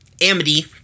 Amity